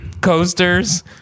coasters